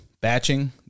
batching